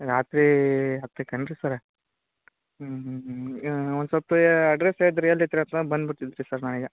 ರಾತ್ರಿ ಹತ್ತಕೇನು ರೀ ಸರ ಹ್ಞೂ ಹ್ಞೂ ಹ್ಞೂ ಒಂದು ಸ್ವಲ್ಪ ಯ ಅಡ್ರಸ್ ಹೇಳಿದ್ರಿ ಎಲ್ಲಿತ್ರಿ ಅಂತ ಬಂದು ಬಿಡ್ತೀನಿ ರೀ ಸರ್ ನಾನೀಗ